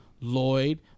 Lloyd